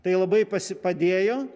tai labai pasipadėjo